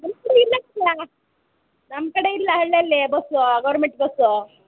ನಮ್ಮ ಕಡೆ ಇಲ್ಲವಲ್ಲ ನಮ್ಮ ಕಡೆ ಇಲ್ಲ ಹಳ್ಳಿಯಲ್ಲಿ ಬಸ್ಸು ಗೌರ್ಮೆಟ್ ಬಸ್ಸು